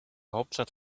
hauptstadt